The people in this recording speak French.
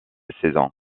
saison